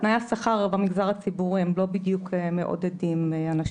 תנאי השכר במגזר הציבורי לא בדיוק מעודדים אנשים.